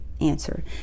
answer